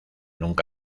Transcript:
nunca